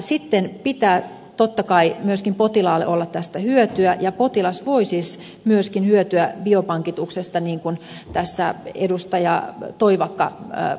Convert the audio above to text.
sitten pitää totta kai myöskin potilaalle olla tästä hyötyä ja potilas voi siis myöskin hyötyä biopankituksesta niin kuin tässä edustaja toivakka peräänkuulutti